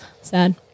Sad